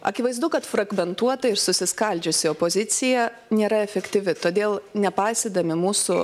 akivaizdu kad fragmentuota ir susiskaldžiusi opozicija nėra efektyvi todėl nepaisydami mūsų